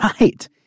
right